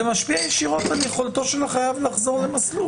זה משפיע ישירות על יכולתו של החייב לחזור למסלול.